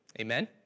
Amen